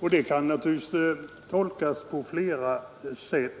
Detta kan naturligtvis tolkas på flera sätt,